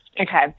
okay